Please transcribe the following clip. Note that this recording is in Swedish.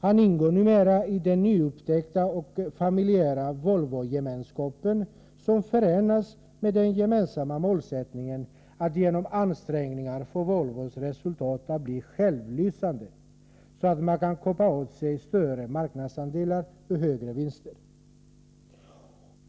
Han ingår numera i den nyupptäckta och familjära Volvogemenskapen som förenas med den gemensamma målsättningen att genom ansträngningar få Volvos resultat att bli självlysande så att Volvo kan kapa åt sig större marknadsandelar och större vinster.